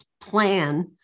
plan